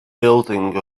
building